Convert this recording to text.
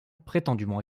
prétendument